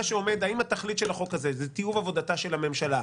האם התכלית של החוק הזה זה תיאור עבודתה של הממשלה,